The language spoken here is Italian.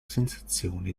sensazione